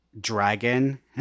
dragon